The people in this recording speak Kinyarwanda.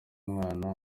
umwana